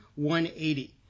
180